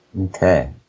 Okay